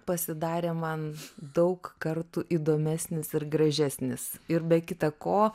pasidarė man daug kartų įdomesnis ir gražesnis ir be kita ko